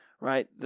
right